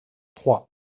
trois